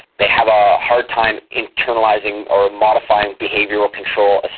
they have a hard time internalising or modifying behavioural control, ah